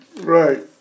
Right